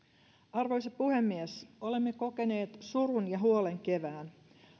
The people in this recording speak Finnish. arvoisa puhemies olemme kokeneet surun ja huolen kevään